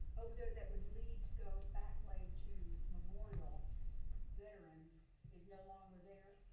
over there, that would lead to go that way to memorial veteran's is no longer there?